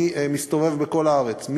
אני מסתובב בכל הארץ,